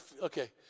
Okay